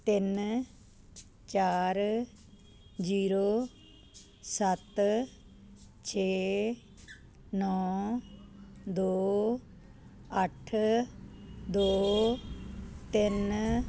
ਤਿੰਨ ਚਾਰ ਜੀਰੋ ਸੱਤ ਛੇ ਨੌਂ ਦੋ ਅੱਠ ਦੋ ਤਿੰਨ